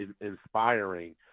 inspiring